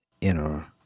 inner